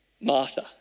Martha